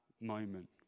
moment